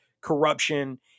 corruption